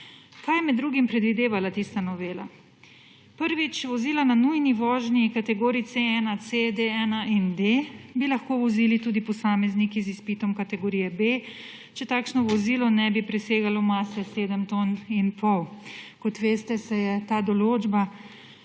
Kaj je med drugim predvidevala tista novela? Prvič, vozila na nujni vožnji kategorij C1, CD1 in D bi lahko vozili tudi posamezniki z izpitom kategorije B, če takšno vozilo ne bi presegalo mase sedem ton in pol. Kot veste, se je ta določba